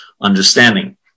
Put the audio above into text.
understanding